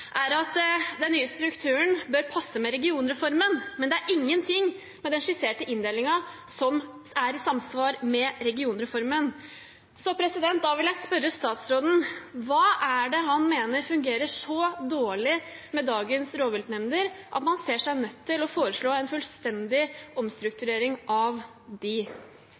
er at den nye strukturen bør passe med regionreformen. Men det er ingenting med den skisserte inndelingen som er i samsvar med regionreformen. Da vil jeg spørre statsråden: Hva er det han mener fungerer så dårlig med dagens rovviltnemnder at man ser seg nødt til å foreslå en fullstendig omstrukturering av